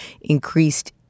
increased